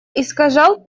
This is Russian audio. искажал